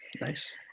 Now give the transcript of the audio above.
Nice